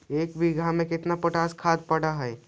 एक बिघा में केतना पोटास खाद पड़ है?